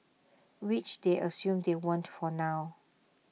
which they assume they won't for now